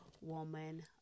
woman